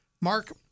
Mark